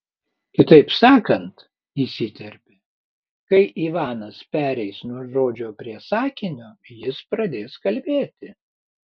kitaip sakant įsiterpė kai ivanas pereis nuo žodžio prie sakinio jis pradės kalbėti